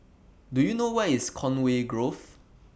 Do YOU know Where IS Conway Grove